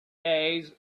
days